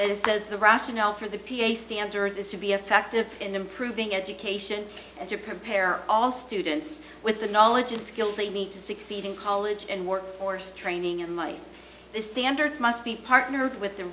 and it says the rationale for the ph standards is to be effective in improving education and to prepare all students with the knowledge and skills they need to succeed in college and work force training and the standards must be partnered with the